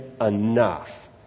enough